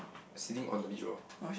sitting on the beach ball